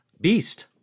Beast